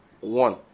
one